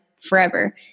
forever